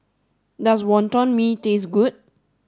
does Wonton Mee taste good